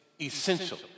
essential